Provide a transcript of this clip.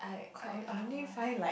quite long right